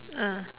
ah